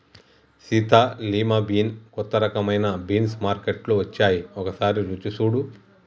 Sita lima bean కొత్త రకమైన beans మార్కేట్లో వచ్చాయి ఒకసారి రుచి సుడు